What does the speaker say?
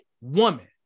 woman